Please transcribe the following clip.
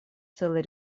целый